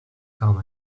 come